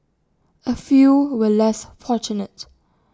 A few were less fortunate